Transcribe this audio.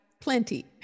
Plenty